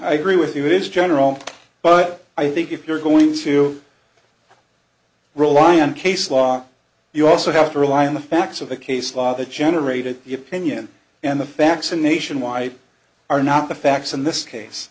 i agree with you it is general but i think if you're going to rely on case law you also have to rely on the facts of the case law that generated the opinion and the facts and nationwide are not the facts in this case